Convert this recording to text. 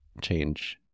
change